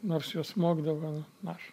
nors jo smogdavo gal na aš